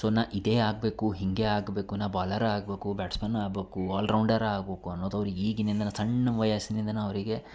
so ನಾ ಇದೇ ಆಗಬೇಕು ಹೀಗೆ ಆಗಬೇಕು ನಾ ಬೊಲರ ಆಗಬೇಕು ಬ್ಯಾಟ್ಸ್ಮನ್ ಆಗ್ಬೇಕು ಆಲ್ರೌಂಡರ ಆಗ್ಬೇಕು ಅನ್ನೋದು ಅವ್ರಿಗೆ ಈಗ್ಲಿಂದಲೇ ಸಣ್ಣ ವಯಸ್ಸಿನಿಂದನಾ ಅವರಿಗೆ